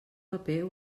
paper